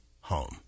home